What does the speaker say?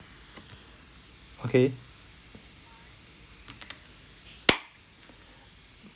okay